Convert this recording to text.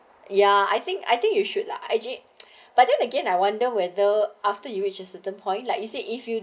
ya I think I think you should lah actually but then again I wonder whether after you reach a certain point like you said if you